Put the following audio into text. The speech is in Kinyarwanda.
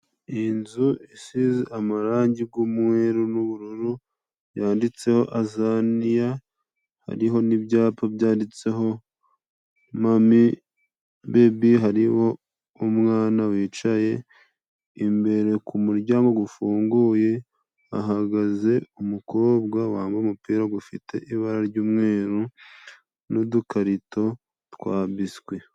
Iyi nzu isize amarangi gumweru n'ubururu yanditseho AZANIYA, hariho n'ibyapa byanditseho mami bebi hari umwana wicaye, imbere ku muryango gufunguye hahagaze umukobwa wambaye umupira gufite ibara ry'umweru n'udukarito twa biswi.